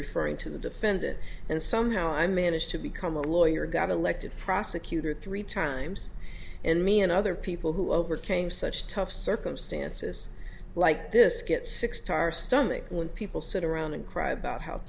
referring to the defendant and somehow i managed to become a lawyer got elected prosecutor three times and me and other people who overcame such tough circumstances like this get six star stomach when people sit around and cry about how